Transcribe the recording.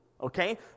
Okay